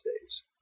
days